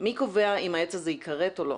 מי קובע אם העץ הזה ייכרת או לא?